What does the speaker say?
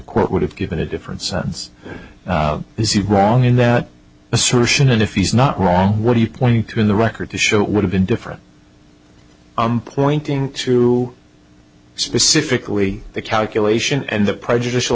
court would have given a different sounds this is wrong in that assertion and if he's not wrong what are you pointing to in the record to show it would have been different i'm pointing to specifically the calculation and the prejudicial